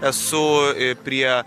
esu ir prie